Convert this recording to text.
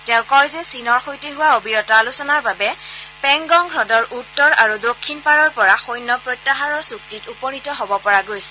তেওঁ কয় যে চীনৰ সৈতে হোৱা অবিৰত আলোচনাৰ বাবে পেংগং হ্দৰ উত্তৰ আৰু দক্ষিণ পাৰৰ পৰা সৈন্য প্ৰত্যাহাৰৰ চুক্তিত উপনীত হব পৰা গৈছে